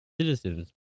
citizens